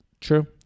True